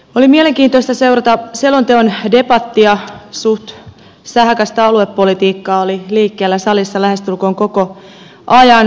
oli mielenkiintoista seurata selonteon debattia suht sähäkkää aluepolitiikkaa oli liikkeellä salissa lähestulkoon koko ajan